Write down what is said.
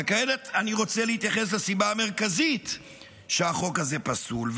וכעת אני רוצה להתייחס לסיבה המרכזית שהחוק הזה פסול,